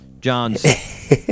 John's